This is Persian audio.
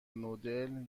نودل